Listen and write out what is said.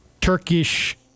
Turkish